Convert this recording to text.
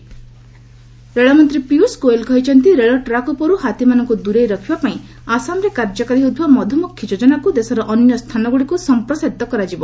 ପିୟୁଷ ଗୋଏଲ୍ ରଳମନ୍ତ୍ରୀ ପିୟଷ ଗୋଏଲ କହିଛନ୍ତି ରେଳ ଟ୍ରାକ୍ ଉପରୁ ହାତୀମାନଙ୍କୁ ଦୂରେଇ ରଖିବା ପାଇଁ ଆସାମରେ କାର୍ଯ୍ୟକାରୀ ହେଉଥିବା 'ମଧୁମକ୍ଷୀ ଯୋଜନାକୁ ଦେଶର ଅନ୍ୟ ସ୍ଥାନଗୁଡ଼ିକୁ ସଂପ୍ରସାରିତ କରାଯିବ